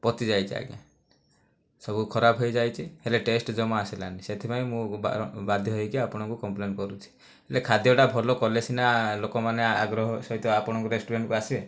ପଚି ଯାଇଛି ଆଜ୍ଞା ସବୁ ଖରାପ ହୋଇଯାଇଛି ହେଲେ ଟେଷ୍ଟ ଜମା ଆସିଲାନି ସେଥିପାଇଁ ମୁଁ ବାଧ୍ୟ ହୋଇକି ଆପଣଙ୍କୁ କମ୍ପ୍ଲେନ କରୁଛି ହେଲେ ଖାଦ୍ୟଟା ଭଲ କଲେ ସିନା ଲୋକମାନେ ଆଗ୍ରହ ସହିତ ଆପଣଙ୍କ ରେଷ୍ଟୁରାଣ୍ଟକୁ ଆସିବେ